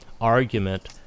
argument